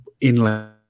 inland